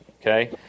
okay